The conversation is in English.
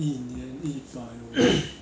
一年一百五